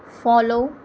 follow